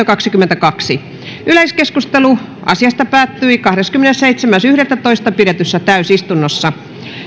kaksikymmentäkaksi yleiskeskustelu asiasta päättyi kahdeskymmenesseitsemäs yhdettätoista kaksituhattakahdeksantoista pidetyssä täysistunnossa